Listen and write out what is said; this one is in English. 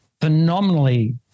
Phenomenally